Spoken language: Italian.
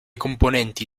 componenti